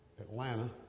Atlanta